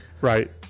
Right